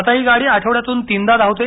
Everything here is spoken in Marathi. आता ही गाडी आठवड्यातून तीनदा धावते